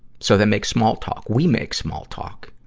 so, they make small talk, we make small talk.